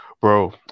bro